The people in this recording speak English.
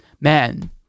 man